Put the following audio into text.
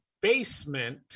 basement